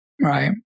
right